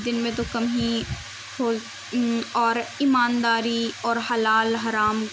دن میں تو کم ہی ہو اور ایمانداری اور حلال حرام